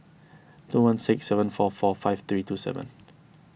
two one six seven four four five three two seven